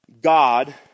God